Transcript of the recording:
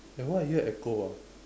eh why I hear echo ah